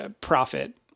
profit